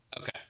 Okay